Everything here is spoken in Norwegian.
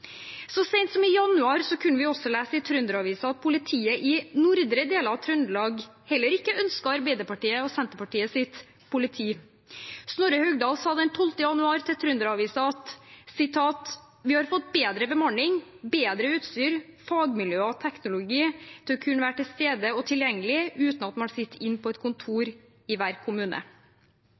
Så sent som i januar kunne vi lese i Trønderavisa at politiet i nordre deler av Trøndelag heller ikke ønsket Arbeiderpartiet og Senterpartiets politi. Snorre Haugdal sa den 12. januar til Trønderavisa: «Vi har fått bedre bemanning, bedre utstyr, fagmiljøer og teknologi til å kunne være til stede og tilgjengelig uten at man sitter inne på et kontor i hver kommune.»